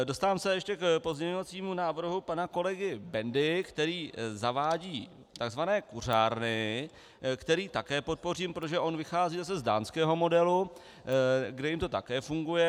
Dostávám se ještě k pozměňovacímu návrhu pana kolegy Bendy, který zavádí takzvané kuřárny, který také podpořím, protože on vychází zase z dánského modelu, kde jim to také funguje.